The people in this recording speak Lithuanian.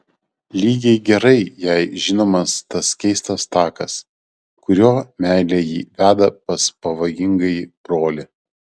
lygiai gerai jai žinomas tas keistas takas kuriuo meilė jį veda pas pavojingąjį brolį